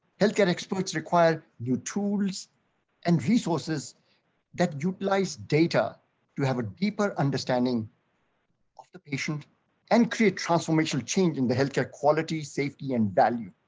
healthcare experts require new tools and resources that utilize data to have a deeper understanding of the patient and create transformational change in the health care quality, safety and value.